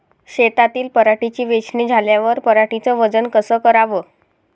शेतातील पराटीची वेचनी झाल्यावर पराटीचं वजन कस कराव?